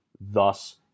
thus